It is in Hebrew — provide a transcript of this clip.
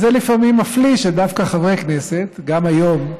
זה לפעמים מפליא שדווקא חברי כנסת, גם היום,